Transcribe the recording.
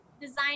Design